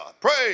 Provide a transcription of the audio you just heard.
praise